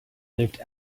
lived